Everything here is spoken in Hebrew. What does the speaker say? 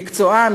מקצוען,